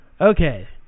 Okay